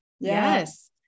Yes